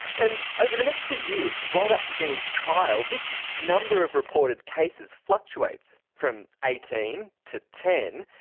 and over the next two years, right up to geen's trial, this number of reported cases fluctuates from eighteen to ten,